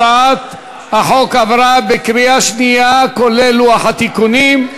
הצעת החוק עברה בקריאה שנייה, כולל לוח התיקונים.